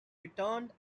returned